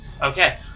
Okay